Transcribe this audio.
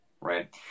right